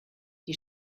die